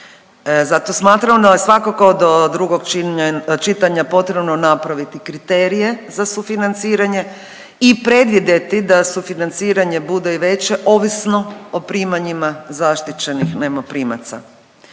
Zato smatramo da svakako do drugog čitanja potrebno napraviti kriterije za sufinanciranje i predvidjeti da sufinanciranje bude i veće ovisno o primanjima zaštićenih najmoprimaca.